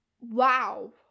wow